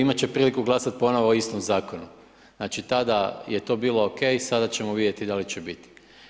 Imat će priliku glasat ponovo o istom zakonu, znači tad je to bilo ok, sada ćemo vidjeti da li će biti.